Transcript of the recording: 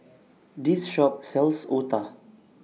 This Shop sells Otah